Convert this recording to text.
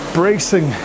bracing